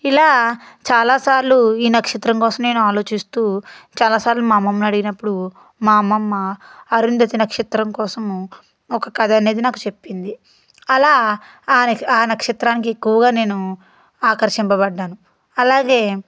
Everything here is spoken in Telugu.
ఇలా చాలాసార్లు ఈ నక్షత్రం కోసం నేను ఆలోచిస్తూ చాలా సార్లు మా అమ్మమ్మనడిగినప్పుడు మా అమ్మమ్మ అరుంధతి నక్షత్రం కోసము ఒక కథనేది నాకు చెప్పింది అలా ఆ నక్షత్రానికి ఎక్కువగా నేను ఆకర్షింప బడ్డాను అలాగే